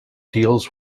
deals